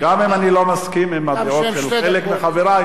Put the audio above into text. גם אם אני לא מסכים עם הדעות של חלק מחברי,